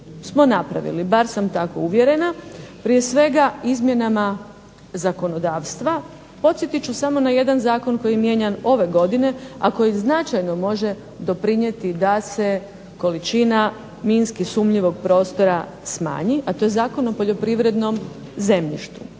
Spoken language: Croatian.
smo napravili, bar sam tako uvjerena. Prije svega izmjenama zakonodavstva, podsjetit ću samo na jedan zakon koji je mijenjan ove godine, a koji značajno može doprinijeti da se količina minski sumnjivog prostora smanji, a to je Zakon o poljoprivrednom zemljištu.